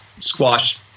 squash